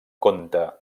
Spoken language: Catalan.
conte